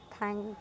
Thank